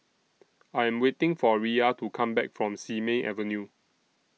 I Am waiting For Riya to Come Back from Simei Avenue